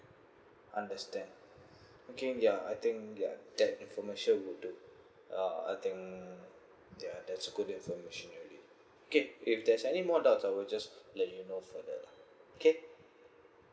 understand looking yeuh that information will do uh I think uh yeuh that's a good information already okay if there's any more doubts I will just let you know further lah okay